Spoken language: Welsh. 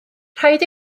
rhaid